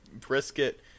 brisket